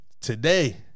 today